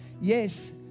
Yes